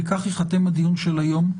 בכך ייחתם הדיון של היום.